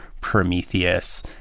Prometheus